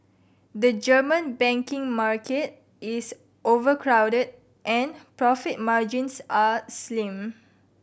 the German banking market is overcrowded and profit margins are slim